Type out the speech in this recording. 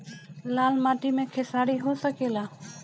लाल माटी मे खेसारी हो सकेला?